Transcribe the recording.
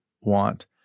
want